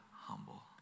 humble